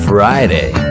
Friday